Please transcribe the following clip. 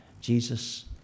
Jesus